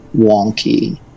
wonky